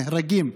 נהרגים.